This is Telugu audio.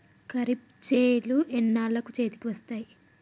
ఖరీఫ్ చేలు ఎన్నాళ్ళకు చేతికి వస్తాయి?